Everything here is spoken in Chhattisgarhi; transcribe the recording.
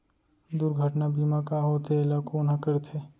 दुर्घटना बीमा का होथे, एला कोन ह करथे?